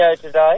today